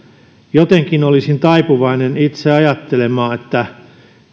jotenkin olisin taipuvainen itse ajattelemaan että